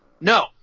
No